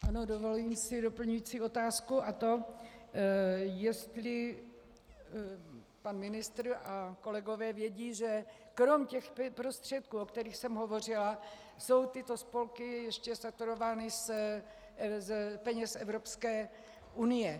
Ano, dovoluji si doplňující otázku, a to jestli pan ministr a kolegové vědí, že krom těchto prostředků, o kterých jsem hovořila, jsou tyto spolky ještě saturovány z peněz Evropské unie.